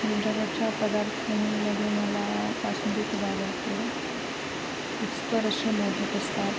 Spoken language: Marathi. तुमच्याकडच्या पदार्थांमध्ये मला बासुंदी खूप आवडते